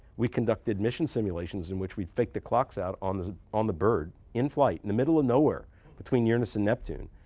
we conducted mission simulations in which we faked the clocks out on the on the bird, in flight, in the middle of nowhere between uranus and neptune.